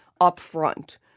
upfront